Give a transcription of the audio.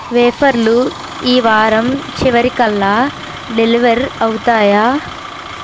వేఫర్లు ఈ వారం చివరికల్లా డెలివర్ అవుతాయా